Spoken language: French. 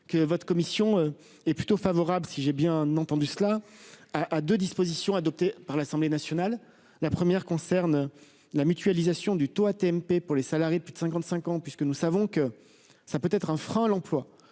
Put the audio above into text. que votre commission est plutôt favorable si j'ai bien entendu cela. Ah à de dispositions adoptées par l'Assemblée nationale. La première concerne la mutualisation du taux AT-MP pour les salariés de plus de 55 ans puisque nous savons que ça peut être un frein à l'emploi